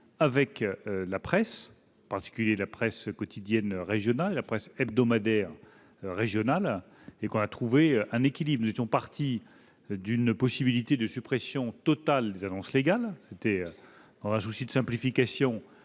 avec la presse, en particulier avec la presse quotidienne régionale et la presse hebdomadaire régionale. Nous avons trouvé un équilibre : après avoir envisagé la possibilité d'une suppression totale des annonces légales- c'était, dans un souci de simplification,